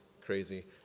crazy